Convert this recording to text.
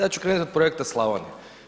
Ja ću krenuti od projekta Slavonija.